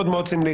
מאוד מאוד סמלי.